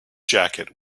jacket